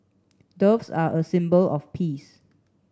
doves are a symbol of peace